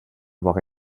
avoir